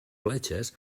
fletxes